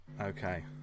Okay